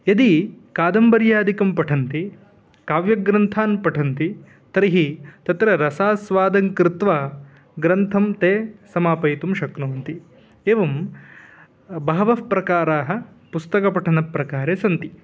यदि कादम्बर्यादिकं पठन्ति काव्यग्रन्थान् पठन्ति तर्हि तत्र रसास्वादं कृत्वा ग्रन्थं ते समापयितुं शक्नुवन्ति एवं बहवः प्रकाराः पुस्तकपठनप्रकारे सन्ति